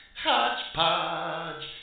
HodgePodge